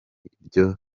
byo